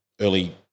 early